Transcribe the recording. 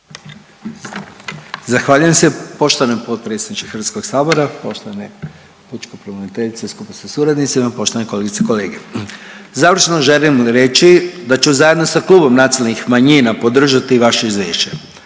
Zahvaljujem se poštovani potpredsjedniče HS, poštovana pučka pravobraniteljice skupa sa suradnicima, poštovane kolegice i kolege. Završno želim reći da ću zajedno sa Klubom nacionalnih manjina podržati vaše izvješće.